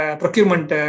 procurement